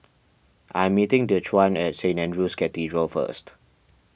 I am meeting Dequan at Saint andrew's Cathedral first